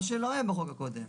מה שלא היה בחוק הקודם,